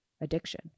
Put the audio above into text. addiction